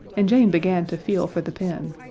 and jane began to feel for the pin.